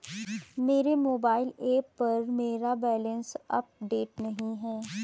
मेरे mobile app पर मेरा बैलेंस अपडेट नहीं है